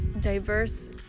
diverse